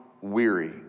weary